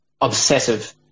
obsessive